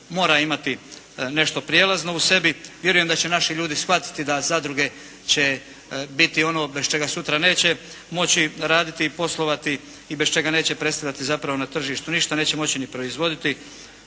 mora imati nešto prijelazno u sebi. Vjerujem da će naši ljudi shvatiti da zadruge će biti ono bez čega sutra neće moći raditi i poslovati i bez čega neće predstavljati zapravo na tržištu ništa, neće moći ni proizvoditi